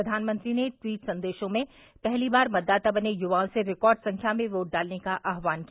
प्रधानमंत्री ने ट्वीट संदेशों में पहली बार मतदाता बने युवाओं से रिकार्ड संख्या में वोट डालने का आह्वान किया